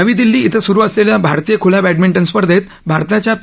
नवी दिल्ली थें सुरु असलेल्या भारतीय खुल्या बॅडमिंटन स्पर्धेत भारताच्या पी